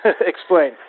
Explain